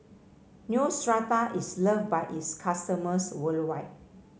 Neostrata is loved by its customers worldwide